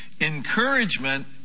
encouragement